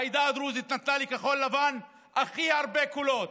העדה הדרוזית נתנה לכחול לבן הכי הרבה קולות.